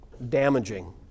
damaging